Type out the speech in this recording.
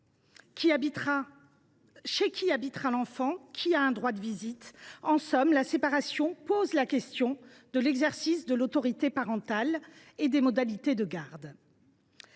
Chez qui habitera l’enfant ? Qui a un droit de visite ? En somme, la séparation pose la question de l’exercice de l’autorité parentale et des modalités de garde.